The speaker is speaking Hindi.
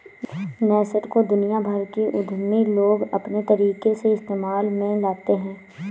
नैसैंट को दुनिया भर के उद्यमी लोग अपने तरीके से इस्तेमाल में लाते हैं